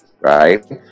right